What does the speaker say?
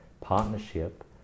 partnership